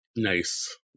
Nice